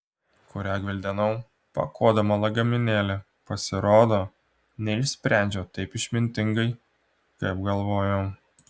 kurią gvildenau pakuodama lagaminėlį pasirodo neišsprendžiau taip išmintingai kaip galvojau